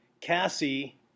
Cassie